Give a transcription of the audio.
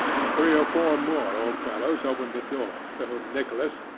and three or four more old fellows opened the door, to whom nicholas,